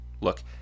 Look